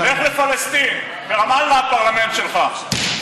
לך לפלסטין, ברמאללה הפרלמנט שלך.